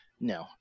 No